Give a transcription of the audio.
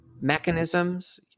mechanisms